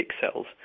cells